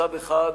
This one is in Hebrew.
מצד אחד,